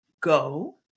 go